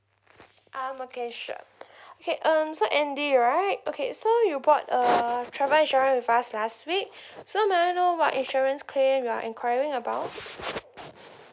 um okay sure okay um so andy right okay so you bought a travel insurance with us last week so may I know what insurance claim you are enquiring about